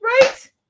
right